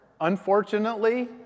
unfortunately